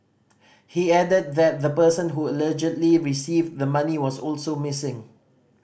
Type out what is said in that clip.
he added that the person who allegedly received the money was also missing